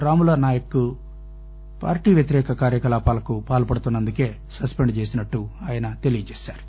రాముల నాయక్ పార్టీ వ్యతిరేక కార్యకలాపాలకు పాల్సడుతున్న ందుకే సస్పెండ్ చేసినట్లు ఆయన తెలియజేశారు